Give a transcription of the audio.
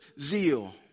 zeal